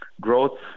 growth